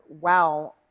wow